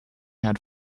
had